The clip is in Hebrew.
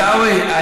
עיסאווי,